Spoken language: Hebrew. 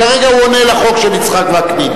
כרגע הוא עונה על הצעת החוק של יצחק וקנין.